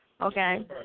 Okay